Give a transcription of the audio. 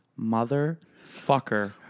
motherfucker